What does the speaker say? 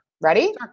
Ready